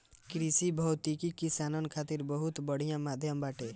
कृषि भौतिकी किसानन खातिर बहुत बढ़िया माध्यम बाटे